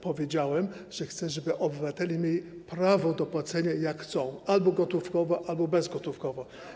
Powiedziałem, że chcę, żeby obywatele mieli prawo do płacenia, jak chcą: albo gotówkowo, albo bezgotówkowo.